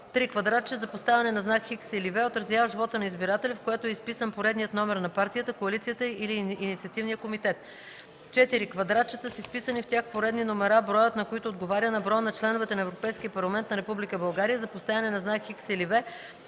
3. квадратче за поставяне на знак „X” или „V”, отразяващ волята на избирателя, в което е изписан поредният номер на партията, коалицията или инициативния комитет; 4. квадратчета с изписани в тях поредни номера, броят, на които отговаря на броя на членовете на Европейския парламент за Република България, за поставяне на знак „X” или